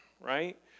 right